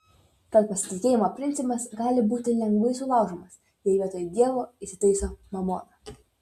tad pasitikėjimo principas gali būti lengvai sulaužomas jei vietoj dievo įsitaiso mamona